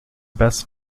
best